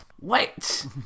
Wait